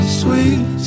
sweet